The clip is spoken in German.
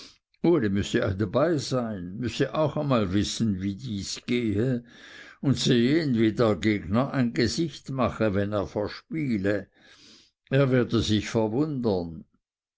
uli müsse dabei sein müsse auch einmal wissen wie dies gehe und sehen wie der gegner ein gesicht mache wenn er verspiele er werde sich verwundern